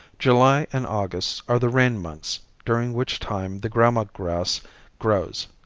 july and august are the rain months during which time the gramma grass grows.